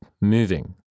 moving